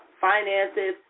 finances